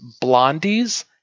Blondie's